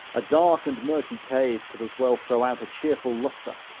a dark and murky cave could as well throw out a cheerful lustre,